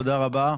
תודה רבה.